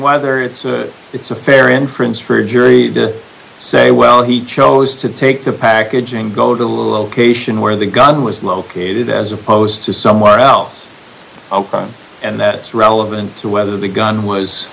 whether it's a it's a fair inference for a jury to say well he chose to take the packaging go to the location where the gun was located as opposed to somewhere else and that's relevant to whether the gun was